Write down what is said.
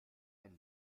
ein